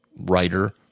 writer